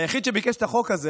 היחיד שביקש את החוק הזה